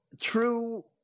true